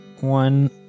one